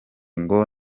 ngo